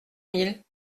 mille